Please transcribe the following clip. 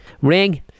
Ring